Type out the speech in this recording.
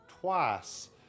twice